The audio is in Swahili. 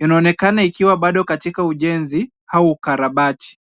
inaonekana ikiwa bado katika ujenzi au ukarabati.